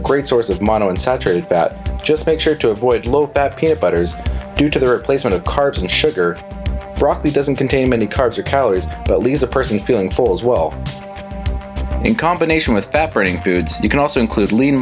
a great source of modern saturated fat just make sure to avoid low fat peanut butter is due to the replacement of carbs and sugar broccoli doesn't contain many carbs or calories but leaves a person feeling full as well in combination with fat burning foods you can also include lean